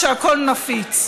כשהכול נפיץ.